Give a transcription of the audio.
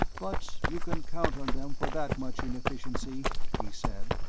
but you can count on them for that much inefficiency, he said,